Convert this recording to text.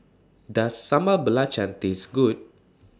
Does Sambal Belacan Taste Good